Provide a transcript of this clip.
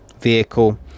vehicle